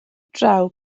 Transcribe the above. draw